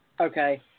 Okay